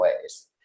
ways